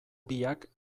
biak